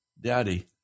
Daddy